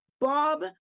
Bob